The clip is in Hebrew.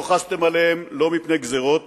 לא חסתם עליהן לא מפני גזירות